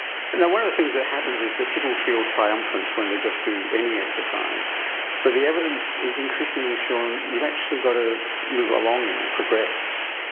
now one of the things that happens is that people feel triumphant when they just do any exercise but the evidence has increasingly shown you've actually got to move along, progress.